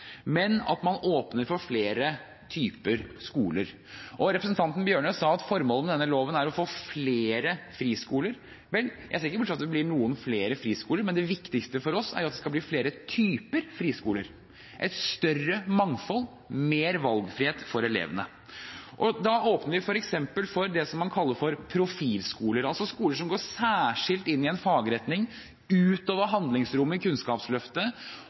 men at man åpner for flere typer skoler. Representanten Bjørnø sa at formålet med denne loven er å få flere friskoler. Vel, jeg ser ikke bort fra at det blir noen flere friskoler, men det viktigste for oss er at det skal bli flere typer friskoler – et større mangfold, mer valgfrihet for elevene. Vi åpner f.eks. for det man kaller for profilskoler – skoler som går særskilt inn i en fagretning utover handlingsrommet i Kunnskapsløftet,